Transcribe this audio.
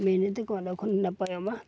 ᱢᱮᱱᱮᱫᱛᱮᱠᱚ ᱠᱷᱟᱱ ᱱᱟᱯᱟᱭᱚᱜᱼᱢᱟ